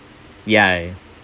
yeah